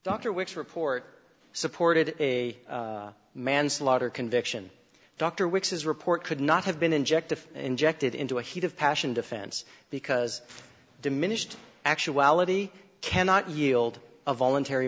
dr which report supported a manslaughter conviction dr wicks his report could not have been injected injected into a heat of passion defense because diminished actuality cannot yield a voluntary